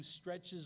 stretches